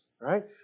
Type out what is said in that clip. right